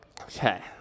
Okay